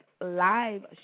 live